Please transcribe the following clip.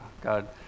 God